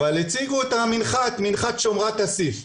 אבל הציגו את המנחת כמנחת "שומרת אסיף".